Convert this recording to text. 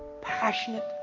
passionate